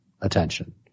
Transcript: attention